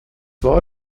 war